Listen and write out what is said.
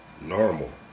normal